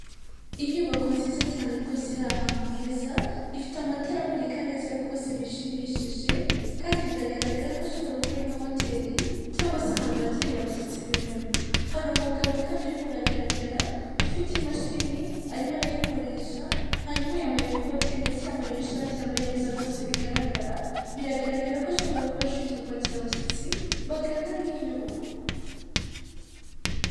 Inyubako nziza cyane rwose iri ahantu heza ifite amatara amurika neza rwose bishimishije kandi biragaragara ko ashobora kuba nka hoteri cyangwa se ahantu bakirira abashyitsi b'imena, hari umugabo kandi urimo aragaragara ufite imashini arimo arayikoresha hanyuma yambaye ikote ndetse yambaye n'ishati yambaye neza rwose bigaragara biragaragara ko ashobora kuba ashinzwe kwakira abashyitsi bagana nk' nyubako.